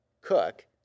cook